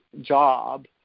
job